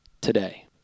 today